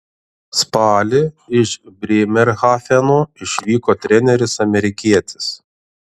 spalį iš brėmerhafeno išvyko treneris amerikietis